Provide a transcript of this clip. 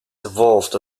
evolved